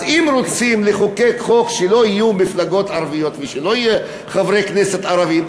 אם רוצים לחוקק שלא יהיו מפלגות ערביות ושלא יהיו חברי כנסת ערבים,